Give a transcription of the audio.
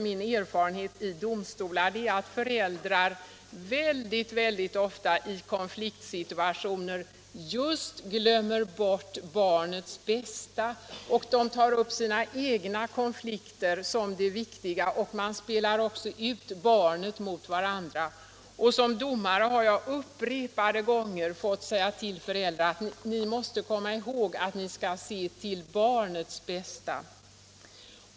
Min erfarenhet från domstolar är att föräldrar i konfliktsituationer väldigt ofta glömmer bort barnets bästa — de tar upp sina egna konflikter som det viktiga och spelar ut barnet mot varandra. Som domare har jag upprepade gånger fått säga till föräldrar: Ni måste komma ihåg att ni skall se till barnets bästa.